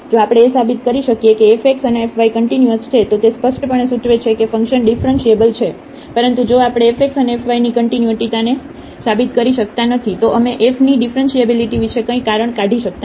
જો આપણે એ સાબિત કરી શકીએ કે f xઅને fyકન્ટીન્યુઅસ છે તો તે સ્પષ્ટપણે સૂચવે છે કે ફંક્શન ડિફરન્ટિબલ છે પરંતુ જો આપણે f xઅને f વાયની કન્ટિન્યુટીતાને સાબિત કરી શકતા નથી તો અમે fની ડીફરન્શીએબીલીટી વિશે કંઇ કારણ કાઠી શકતા નથી